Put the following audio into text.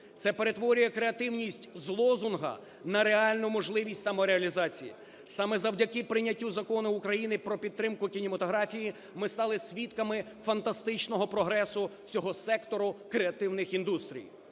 Це перетворює креативність з лозунгу на реальну можливість самореалізації. Саме завдяки прийняттю Закону України про підтримку кінематографії ми стали свідками фантастичного прогресу цього сектору креативних індустрій,